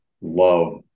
love